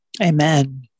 Amen